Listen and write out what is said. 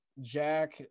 jack